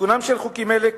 תיקונם של חוקים אלה,